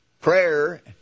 Prayer